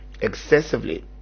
excessively